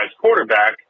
quarterback